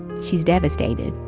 she's devastated.